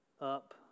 up